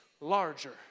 larger